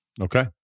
Okay